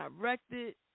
directed